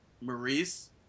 Maurice